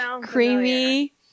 creamy